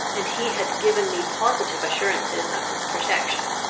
and he had given me positive assurances of his protection.